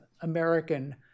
American